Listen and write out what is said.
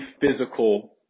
physical